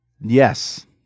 Yes